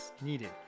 needed